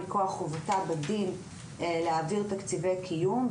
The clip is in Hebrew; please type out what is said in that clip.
מכוח חובתה בדין להעביר תקציבי קיום.